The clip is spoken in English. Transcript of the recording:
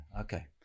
Okay